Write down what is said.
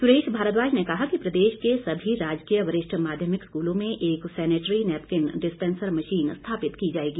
सुरेश भारद्वाज ने कहा कि प्रदेश के सभी राजकीय वरिष्ठ माध्यभिक स्कूलों में एक sanitary napkin dispenser machine स्थापित की जाएगी